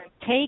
take